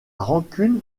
rancune